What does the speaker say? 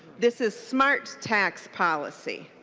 this is smart tax policy.